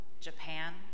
Japan